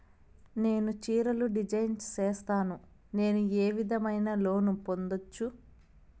నేను చీరలు డిజైన్ సేస్తాను, నేను ఏ విధమైన లోను పొందొచ్చు